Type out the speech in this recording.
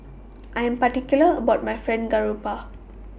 I Am particular about My Fried Garoupa